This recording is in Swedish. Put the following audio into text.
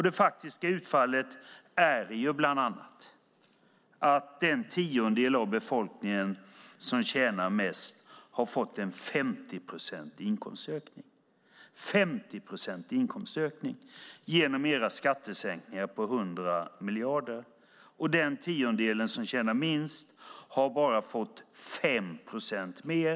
Det faktiska utfallet är bland annat att den tiondel av befolkningen som tjänar mest har fått en 50-procentig inkomstökning genom era skattesänkningar på 100 miljarder och den tiondel som tjänar minst har fått bara 5 procent mer.